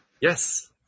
Yes